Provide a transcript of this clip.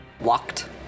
locked